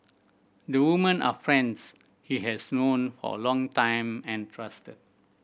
the women are friends he has known for a long time and trusted